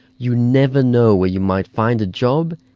you never know where you might find a job,